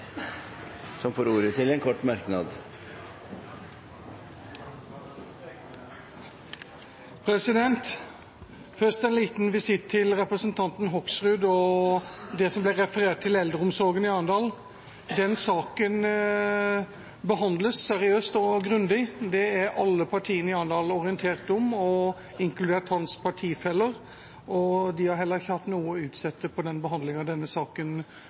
og får ordet til en kort merknad, begrenset til 1 minutt. Først en liten visitt til representanten Hoksrud og det som ble referert til om eldreomsorgen i Arendal. Den saken behandles seriøst og grundig. Det er alle partiene i Arendal orientert om, inkludert hans partifeller, og de har heller ikke hatt noe å utsette på den behandlingen denne saken